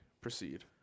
Proceed